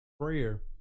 Prayer